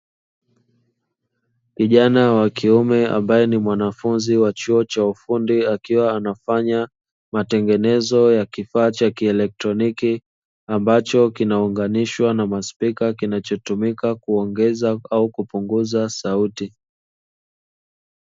Kijana wa kiume ambaye ni mwanafunzi wa chuo cha ufundi, akiwa anafanya matengenezo ya kifaa cha kielektroniki. Ambacho kinaunganishwa na maspika, kinachotumika kuongeza au kupunguza sauti.